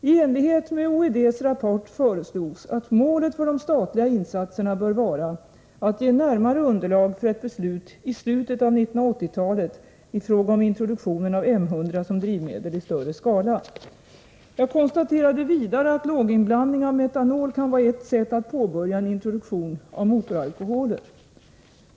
I enlighet med OED:s rapport föreslogs att målet för de statliga insatserna bör vara att ge närmare underlag för ett beslut i slutet av 1980-talet i frågan om introduktion av M 100 som drivmedel i större skala. Jag konstaterade vidare att låginblandning av metanol kan vara ett sätt att påbörja en introduktion av motoralkoholer.